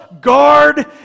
guard